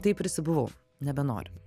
taip prisibuvau nebenoriu